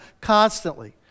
constantly